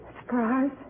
Surprise